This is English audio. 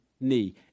knee